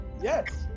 yes